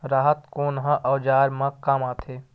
राहत कोन ह औजार मा काम आथे?